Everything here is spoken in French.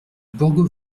borgo